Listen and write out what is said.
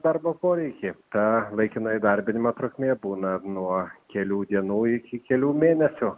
darbo poreikį ta laikina įdarbinima trukmė būna nuo kelių dienų iki kelių mėnesių